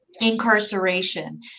incarceration